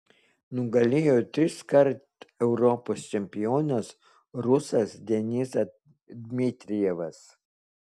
nugalėjo triskart europos čempionas rusas denisas dmitrijevas